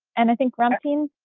and i think ramtin.